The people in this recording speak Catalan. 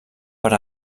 per